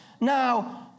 now